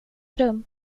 rum